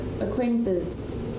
acquaintances